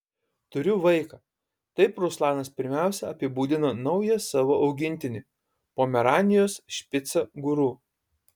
turiu vaiką taip ruslanas pirmiausia apibūdina naują savo augintinį pomeranijos špicą guru